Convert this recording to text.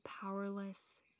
powerless